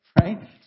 Right